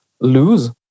lose